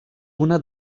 una